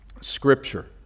Scripture